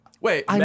Wait